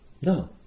No